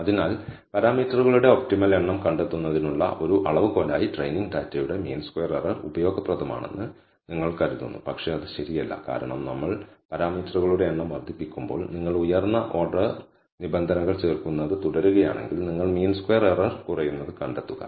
അതിനാൽ പാരാമീറ്ററുകളുടെ ഒപ്റ്റിമൽ എണ്ണം കണ്ടെത്തുന്നതിനുള്ള ഒരു അളവുകോലായി ട്രെയിനിങ് ഡാറ്റയുടെ മീൻ സ്ക്വയർ എറർ ഉപയോഗപ്രദമാണെന്ന് നിങ്ങൾ കരുതുന്നു പക്ഷേ അത് ശരിയല്ല കാരണം നമ്മൾ പാരാമീറ്ററുകളുടെ എണ്ണം വർദ്ധിപ്പിക്കുമ്പോൾ നിങ്ങൾ ഉയർന്ന ഓർഡർ നിബന്ധനകൾ ചേർക്കുന്നത് തുടരുകയാണെങ്കിൽ നിങ്ങൾ മീൻ സ്ക്വയർ എറർ കുറയുന്നത് കണ്ടെത്തുക